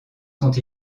sont